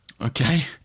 Okay